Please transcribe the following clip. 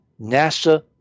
NASA